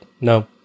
No